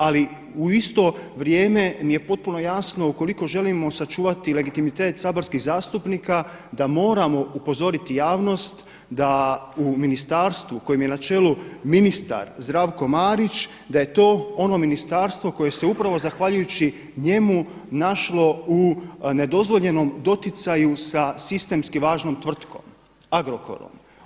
Ali u isto vrijeme mi je potpuno jasno, ukoliko želimo sačuvati legitimitet saborskih zastupnika da moramo upozoriti javnost da u ministarstvu kojem je na čelu ministar Zdravko Marić da je to ono ministarstvo koje se upravo zahvaljujući njemu našlo u nedozvoljenom doticaju sa sistemski važnom tvrtkom Agrokorom.